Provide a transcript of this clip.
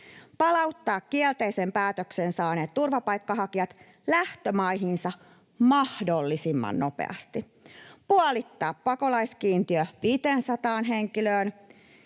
palauttaa kielteisen päätöksen saaneet turvapaikkahakijat lähtömaihinsa mahdollisimman nopeasti, puolittaa pakolaiskiintiön 500 henkilöön